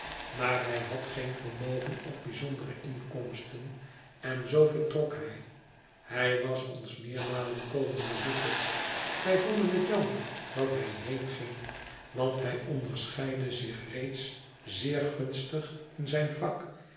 maar hij had geen vermogen of bijzondere inkomsten en zoo vertrok hij hij was ons meermalen komen bezoeken wij vonden het jammer dat hij heenging want hij onderscheidde zich reeds zeer gunstig in zijn vak